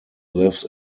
lives